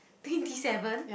twenty seven